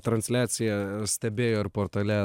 transliaciją stebėjo ir portale